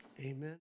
amen